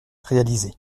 réaliser